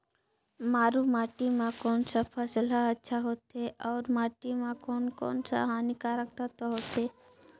मारू माटी मां कोन सा फसल ह अच्छा होथे अउर माटी म कोन कोन स हानिकारक तत्व होथे?